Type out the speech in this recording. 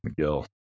McGill